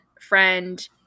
friend